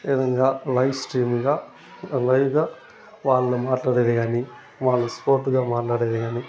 ఈ విధంగా లైవ్ స్ట్రీమ్గా లైవ్గా వాళ్ళు మాట్లాడేది కానీ వాళ్ళు స్పోట్గా మాట్లాడేది కానీ